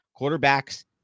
quarterbacks